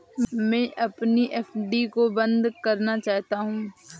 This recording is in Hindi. मैं अपनी एफ.डी को बंद करना चाहता हूँ